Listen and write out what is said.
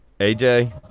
aj